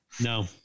No